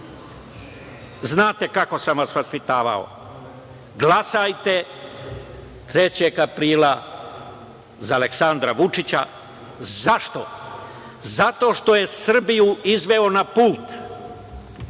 znate kako sam vas vaspitavao, glasajte 3. aprila za Aleksandra Vučića. Zašto? Zato što je Srbiju izveo na put